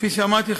כפי שאמרתי,